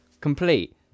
complete